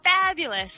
fabulous